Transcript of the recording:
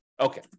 Okay